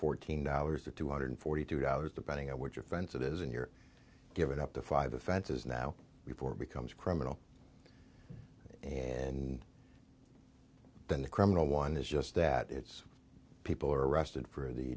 fourteen dollars to two hundred forty two dollars depending on which offense it is in your give it up to five offenses now before it becomes criminal and then the criminal one is just that it's people are arrested for the